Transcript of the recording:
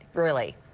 really.